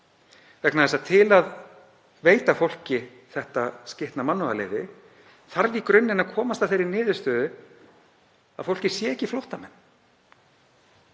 vegna þess að til að veita fólki þetta skitna mannúðarleyfi þarf í grunninn að komast að þeirri niðurstöðu að fólkið sé ekki flóttamenn.